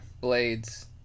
blades